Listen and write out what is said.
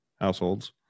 households